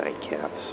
nightcaps